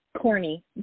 corny